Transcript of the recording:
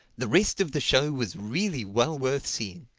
the rest of the show was really well worth seeing.